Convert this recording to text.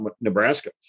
Nebraska